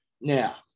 Now